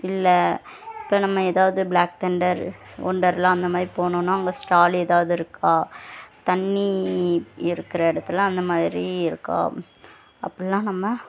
இல்லை இப்போ நம்ம எதாவது ப்ளாக்தெண்டர் ஒண்டர்லா அந்த மாதிரி போனோம்னா அங்கே ஸ்டால் எதாவது இருக்கா தண்ணி இருக்கிற இடத்துல அந்த மாதிரி இருக்கா அப்படிலாம் நம்ம